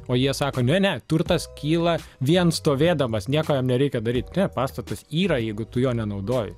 o jie sako ne ne turtas kyla vien stovėdamas nieko jam nereikia daryt ne pastatas yra jeigu tu jo nenaudoji